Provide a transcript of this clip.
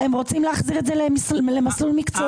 הם רוצים להחזיר את זה למסלול מקצועי.